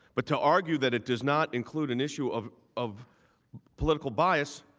but to argue that it does not include an issue of of political bias,